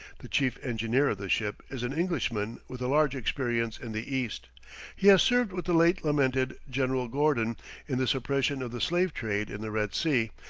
the chief engineer of the ship is an englishman with a large experience in the east he has served with the late lamented general gordon in the suppression of the slave trade in the red sea,